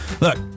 Look